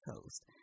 coast